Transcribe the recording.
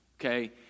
Okay